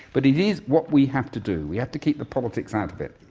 but it is what we have to do, we have to keep the politics out of it.